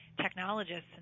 technologists